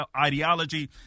ideology